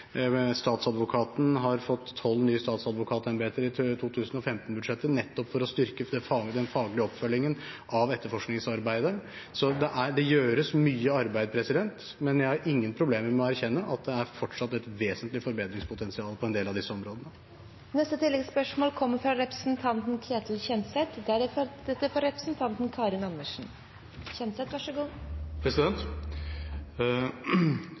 Statsadvokaten har fått tolv nye statsadvokatembeter i 2015-budsjettet nettopp for å styrke den faglige oppfølgingen av etterforskningsarbeidet. Så det gjøres mye arbeid, men jeg har ingen problemer med å erkjenne at det fortsatt er et vesentlig forbedringspotensial på en del av disse områdene. Ketil Kjenseth – til oppfølgingsspørsmål. Takk for et viktig spørsmål fra